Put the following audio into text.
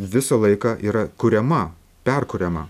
visą laiką yra kuriama perkuriama